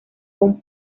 con